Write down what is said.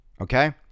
Okay